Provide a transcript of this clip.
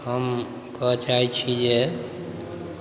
हम कहऽ चाहै छी जे